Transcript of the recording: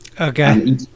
okay